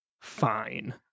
fine